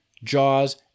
jaws